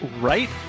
right